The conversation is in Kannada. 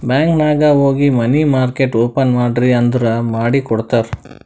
ಬ್ಯಾಂಕ್ ನಾಗ್ ಹೋಗಿ ಮನಿ ಮಾರ್ಕೆಟ್ ಓಪನ್ ಮಾಡ್ರಿ ಅಂದುರ್ ಮಾಡಿ ಕೊಡ್ತಾರ್